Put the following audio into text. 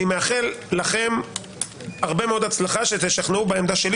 אני מאחל לכם הרבה מאוד הצלחה שתשכנעו בעמדה שלי